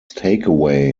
takeaway